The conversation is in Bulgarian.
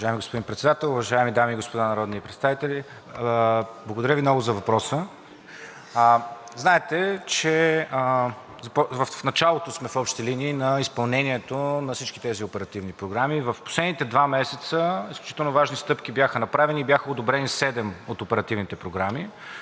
Уважаеми господин Председател, уважаеми дами и господа народни представители! Благодаря Ви много за въпроса. Знаете, че в началото сме в общи линии на изпълнението на всички тези оперативни програми. В последните два месеца изключително важни стъпки бяха направени и бяха одобрени седем от оперативните програми,